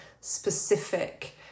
specific